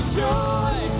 joy